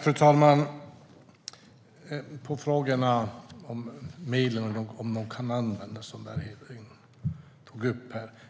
Fru talman! När det gäller frågorna som togs upp om medlen kan användas